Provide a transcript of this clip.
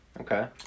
Okay